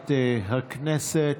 למליאת הכנסת.